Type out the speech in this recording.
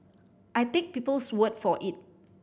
I take people's word for it